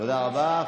תודה רבה.